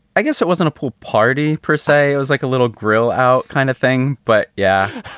i guess it wasn't a pool party per say. it was like a little grill out kind of thing. but yeah.